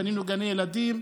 בנינו גני ילדים,